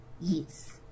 Yes